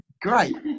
great